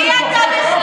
מי אתה בכלל?